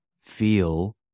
feel